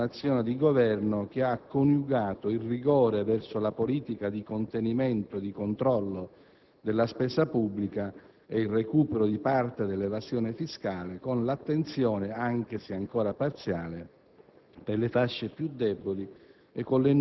è stato possibile grazie ad un'azione di Governo che ha coniugato il rigore verso la politica di contenimento e di controllo della spesa pubblica e il recupero di parte dell'evasione fiscale con l'attenzione, anche se ancora parziale,